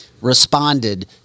responded